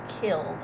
killed